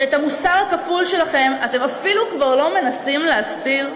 שאת המוסר הכפול שלכם אתם אפילו כבר לא מנסים להסתיר?